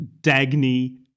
Dagny